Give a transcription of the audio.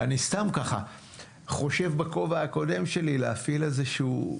אני סתם ככה חושב בכובע הקודם שלי להפעיל איזשהו,